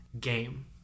game